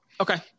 Okay